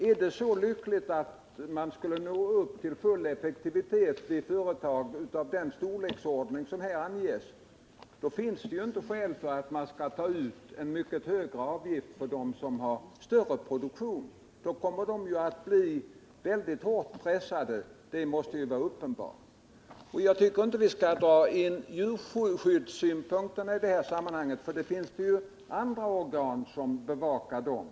Är det så lyckligt att man skulle nå upp till full effektivitet i företag av den storleksordning som här anges, då finns det ju inte skäl för att ta ut en mycket högre avgift av dem som har större produktion. Då kommer de att bli väldigt hårt pressade — det måste vara uppenbart. Jag tycker inte att vi skall ta in djurskyddssynpunkterna i detta sammanhang. Det finns andra organ som bevakar dem.